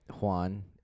Juan